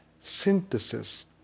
synthesis